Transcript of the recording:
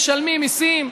משלמים מיסים,